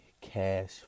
cash